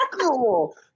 cool